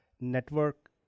network